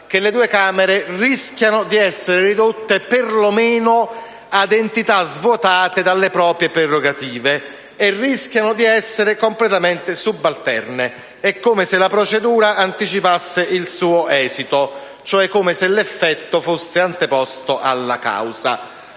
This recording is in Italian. che le due Camere rischiano di essere ridotte perlomeno ad entità svuotate dalle proprie prerogative e di essere completamente subalterne. È come se la procedura anticipasse il suo esito, cioè come se l'effetto fosse anteposto alla causa.